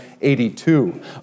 82